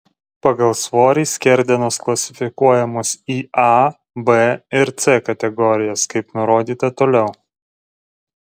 pagal svorį skerdenos klasifikuojamos į a b ir c kategorijas kaip nurodyta toliau